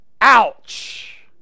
Ouch